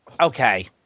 Okay